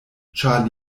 ĉar